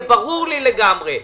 זה ברור לי לגמרי.